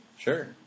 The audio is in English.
Sure